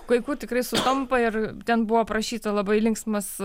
kai kur tikrai sutampa ir ten buvo aprašyta labai linksmas